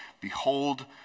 Behold